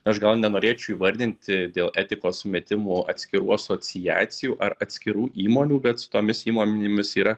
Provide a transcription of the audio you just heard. aš gal nenorėčiau įvardinti dėl etikos sumetimų atskirų asociacijų ar atskirų įmonių bet su tomis įmonėmis yra